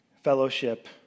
fellowship